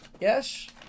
yes